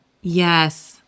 yes